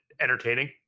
entertaining